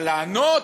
אבל לענות,